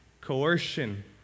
coercion